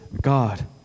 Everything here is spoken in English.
God